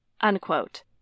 unquote